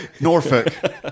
Norfolk